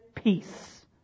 Peace